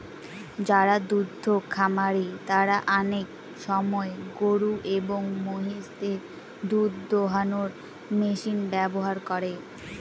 যারা দুদ্ধ খামারি তারা আনেক সময় গরু এবং মহিষদের দুধ দোহানোর মেশিন ব্যবহার করে